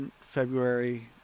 February